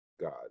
God